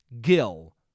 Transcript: Gil